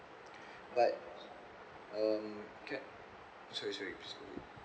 but um c~ sorry sorry just go ahead